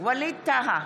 ווליד טאהא,